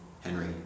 Henry